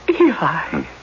Eli